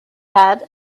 had